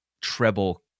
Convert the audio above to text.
treble